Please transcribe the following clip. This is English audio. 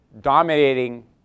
dominating